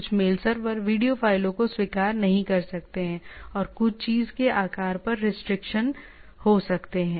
कुछ mail server video फ़ाइलों को स्वीकार नहीं कर सकते हैं और कुछ चीज़ के आकार पर रिस्ट्रिक्शन हो सकते हैं